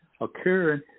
occurring